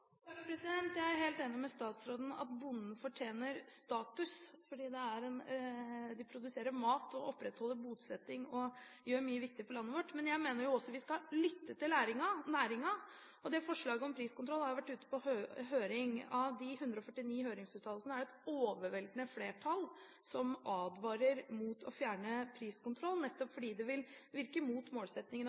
Jeg er helt enig med statsråden i at bøndene fortjener status fordi de produserer mat og opprettholder bosetting og gjør mye viktig for landet vårt. Men jeg mener at vi også skal lytte til næringen. Forslaget om priskontroll har vært ute på høring. Av de 149 høringsuttalelsene er det et overveldende flertall som advarer mot å fjerne priskontrollen, nettopp fordi det vil virke mot